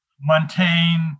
Montaigne